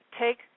take